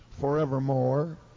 forevermore